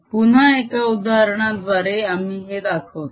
पुन्हा एका उदाहरणाद्वारे आम्ही हे दाखवतो